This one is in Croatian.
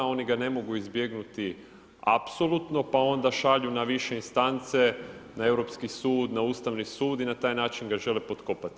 Oni ga ne mogu izbjegnuti apsolutno, pa onda šalju na više instance, na Europski sud, na Ustavni sud i na taj način ga žele potkopati.